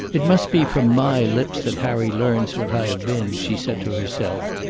it must be from my lips that harry learns what i have been, she said to herself,